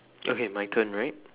okay my turn right